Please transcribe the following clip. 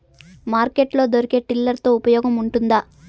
Market లో దొరికే tiller తో ఉపయోగం ఉంటుందా?